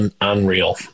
unreal